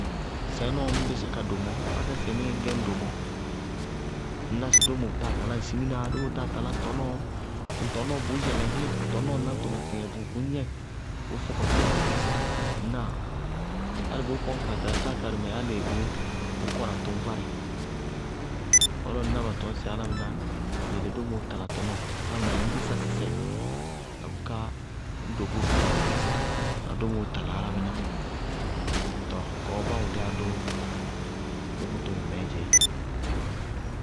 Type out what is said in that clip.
Sɛɛ nɔɔ ññ bisá ka do mɔɔ, wákatɩsɛ sɩɩmíí ŋñ gɛ ñ do mɔɔ? Ŋñná sɩ dómo táa talá ŋ siminaá dómo táa talá ŋ tɔnɔɔ, ŋ tɔnɔɔ bʋʋ yɛlɛŋí ŋ tɔnɔɔ náñtɔ náñtɔmɛ tɩtɩŋɛ bʋʋ gnɛŋ, bʋʋ fɔkɔsí nɩ. Álɩ bʋʋ kɔní kaa tala táa karɩmɛ álɩ bʋʋ kɔna tʋŋvárɛ. Bɔɔ lɔ ŋná batɔñ sɩ álámɩná, yele domoó tala ŋ tɔnɔɔ, álámɩná yɛ ŋñ bísa sɩsɛɩ na bʋká ñ do bʋvʋ na domóo tala álámɩná, tɔɔ kɔɔ bá wʋlíyá dʋ dómo tɔmɔ mɛɛ dzɛ éé.